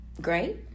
Great